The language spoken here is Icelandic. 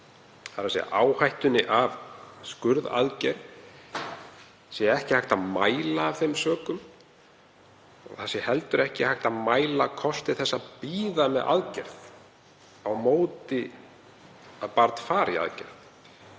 þ.e. að áhættuna af skurðaðgerð sé ekki hægt að mæla af þeim sökum. En það sé heldur ekki hægt að mæla kosti þess að bíða með aðgerð á móti því að barn fari í aðgerð.